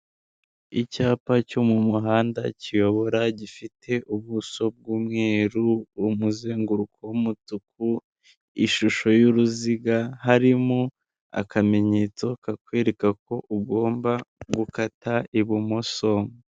Icyapa cyo mu muhanda kiyobora gifite ubuso bw'umweru umuzenguruko w'umutuku, ishusho y'uruziga, harimo akamenyetso kakwereka ko ugomba gukata ibumoso.